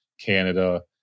Canada